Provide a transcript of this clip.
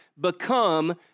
become